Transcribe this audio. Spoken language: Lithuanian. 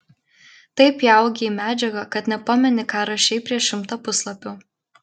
taip įaugi į medžiagą kad nepameni ką rašei prieš šimtą puslapių